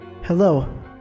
Hello